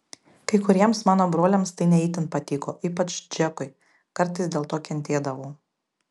kai kuriems mano broliams tai ne itin patiko ypač džekui kartais dėl to kentėdavau